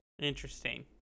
Interesting